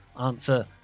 Answer